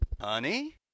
Honey